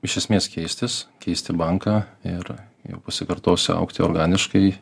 iš esmės keistis keisti banką ir jau pasikartosiu augti organiškai